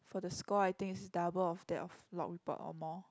for the score I think it's double of that of Log Board or more